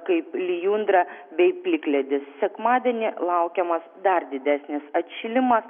kaip lijundra bei plikledis sekmadienį laukiamas dar didesnis atšilimas